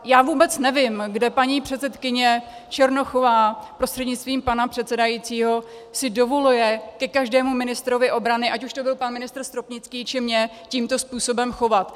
Já vůbec nevím, kde paní předsedkyně Černochová prostřednictvím pana předsedajícího si dovoluje ke každému ministru obrany, ať už to byl pan ministr Stropnický, či já, se tímto způsobem chovat.